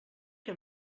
que